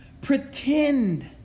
Pretend